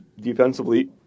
defensively